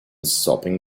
sopping